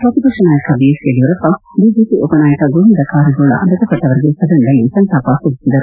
ಪ್ರತಿಪಕ್ಷ ನಾಯಕ ಬಿಎಸ್ ಯಡಿಯೂರಪ್ಪ ಬಿಜೆಪಿ ಉಪ ನಾಯಕ ಗೋಂವಿದ ಕಾರಜೋಳ ಮೃತ ಪಟ್ಟವರಿಗೆ ಸದನದಲ್ಲಿ ಸಂತಾಪ ಸೂಚಿಸಿದರು